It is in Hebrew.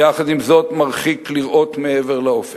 ויחד עם זאת מרחיק לראות מעבר לאופק.